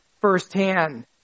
firsthand